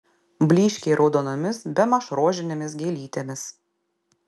blyškiai raudonomis bemaž rožinėmis gėlytėmis